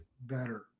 better